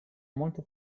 molto